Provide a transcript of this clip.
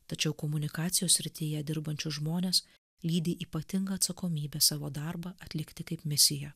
tačiau komunikacijos srityje dirbančius žmones lydi ypatinga atsakomybė savo darbą atlikti kaip misiją